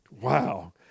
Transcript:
wow